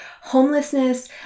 homelessness